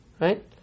Right